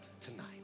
tonight